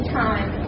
time